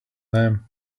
them